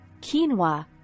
quinoa